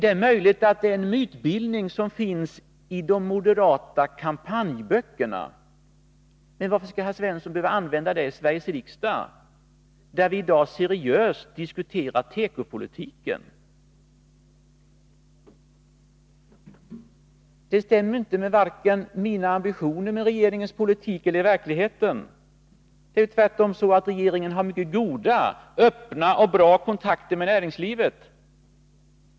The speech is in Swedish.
Det är möjligen en mytbildning som finns i de moderata kampanjböckerna, men varför skall herr Svensson behöva använda denna argumentation i Sveriges riksdag, där vi i dag seriöst diskuterar tekopolitiken? Det stämmer inte vare sig med mina ambitioner, denna regerings politik eller verkligheten. Det är tvärtom så att regeringen har mycket goda, öppna och bra kontakter med näringslivet.